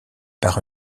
par